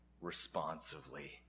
responsively